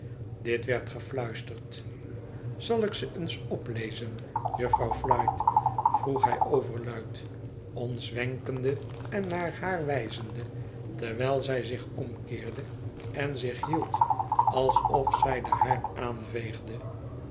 dit werd gefluisterd zal ik ze eens oplezen jufvrouw flite vroeg hij overluid ons wenkende en naar haar wijzende terwijl zij zich omkeerde en zich hield alsof zij den haard aanveegde